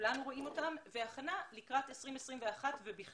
כולנו רואים אותם, והכנה לקראת 2021 ובכלל.